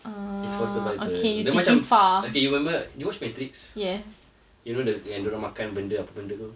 it's for survival dia macam okay you remember you watch matrix you know the yang dorang makan benda apa benda tu